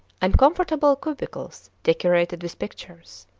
and comfortable cubicles decorated with pictures.